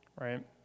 right